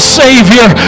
savior